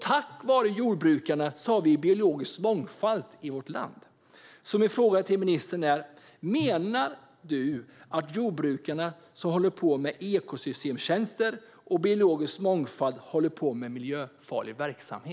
Tack vare jordbrukarna har vi biologisk mångfald i vårt land. Så min fråga till ministern är: Menar du att de jordbrukare som håller på med ekosystemtjänster och biologisk mångfald ägnar sig åt miljöfarlig verksamhet?